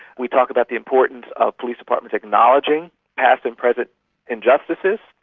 we talk about the importance of police departments acknowledging past and present injustices.